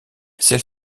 celle